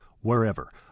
wherever